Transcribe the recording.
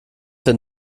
denn